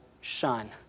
shun